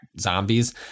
zombies